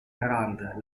rand